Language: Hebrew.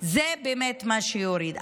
זה באמת מה שיוריד.